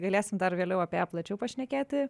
galėsim dar vėliau apie ją plačiau pašnekėti